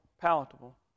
palatable